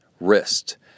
Wrist